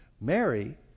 Mary